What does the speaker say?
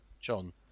John